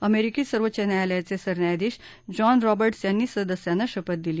अमेरिकी सर्वोच्च न्यायालयाचे सरन्यायाधीश जॉन रॉबर्टस यांनी सदस्यांना शपथ दिली